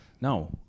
No